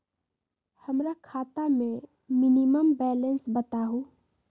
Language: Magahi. हमरा खाता में मिनिमम बैलेंस बताहु?